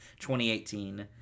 2018